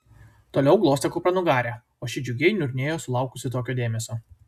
toliau glostė kupranugarę o ši džiugiai niurnėjo sulaukusi tokio dėmesio